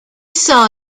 saw